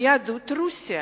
יהדות רוסיה,